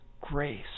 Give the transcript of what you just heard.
grace